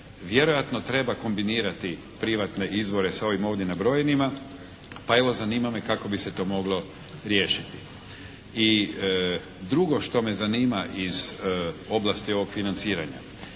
Vjerojatno treba kombinirati privatne izvore sa ovim ovdje nabrojenima, pa evo zanima me kako bi se to moglo riješiti? I drugo što me zanima iz oblasti ovog financiranja.